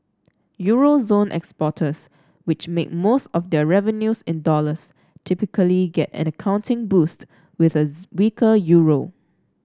euro zone exporters which make most of their revenues in dollars typically get an accounting boost with as weaker euro